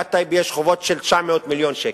לעיריית טייבה יש חובות של 900 מיליון שקלים.